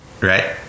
Right